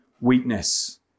weakness